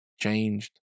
changed